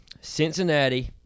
Cincinnati